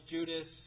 Judas